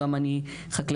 גם אני חקלאית.